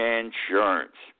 insurance